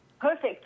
Perfect